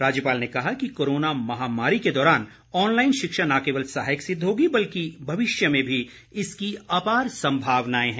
राज्यपाल ने कहा कि कोरोना महामारी के दौरान ऑनलाइन शिक्षा न केवल सहायक सिद्ध होगी बल्कि भविष्य में भी इसकी अपार संभावनाएं हैं